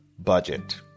budget